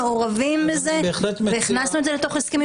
מעורבים בזה והכנסנו את זה לתוך הסכמים